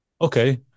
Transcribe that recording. Okay